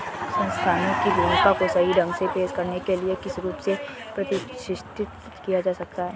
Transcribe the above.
संस्थानों की भूमिका को सही ढंग से पेश करने के लिए किस रूप से प्रतिष्ठित किया जा सकता है?